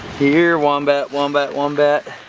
here wombat, wombat, wombat.